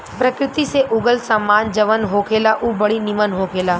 प्रकृति से उगल सामान जवन होखेला उ बड़ी निमन होखेला